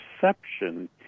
perception